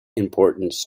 importance